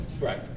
Right